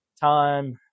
time